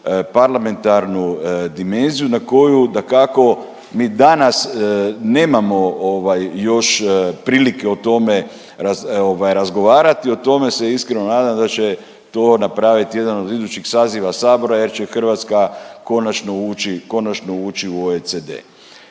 parlamentarnu dimenziju na koju dakako ni danas nemamo još prilike o tome razgovarati. O tome se iskreno nadam da će to napraviti jedan od idućih saziva Sabora jer će Hrvatska konačno ući u OECD.